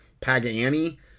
Pagani